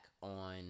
on